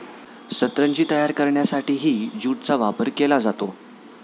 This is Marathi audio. सतरंजी तयार करण्यासाठीही ज्यूटचा वापर केला जातो